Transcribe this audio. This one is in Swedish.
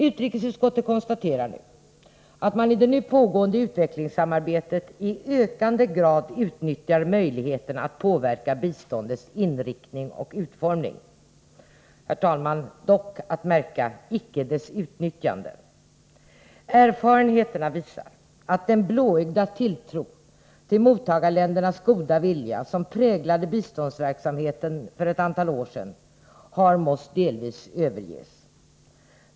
Utrikesutskottet konstaterar att man i det nu pågående utvecklingssamarbetet i ökande grad utnyttjar möjligheten att påverka biståndets inriktning och utformning. Dock, herr talman, och det är att märka, inte dess utnyttjande. Erfarenheterna visar att den blåögda tilltro till mottagarländernas goda vilja som präglade biståndsverksamheten för ett antal år sedan har måst delvis överges.